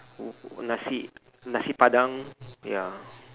n~ nasi nasi padang ya